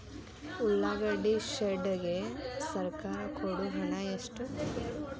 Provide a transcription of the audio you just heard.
ಉಳ್ಳಾಗಡ್ಡಿ ಶೆಡ್ ಗೆ ಸರ್ಕಾರ ಕೊಡು ಹಣ ಎಷ್ಟು?